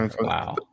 Wow